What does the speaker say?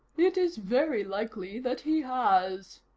it is very likely that he has,